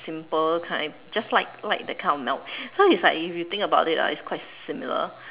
simple kind just like like that kind of melt so like if you think about it lah it's quite similar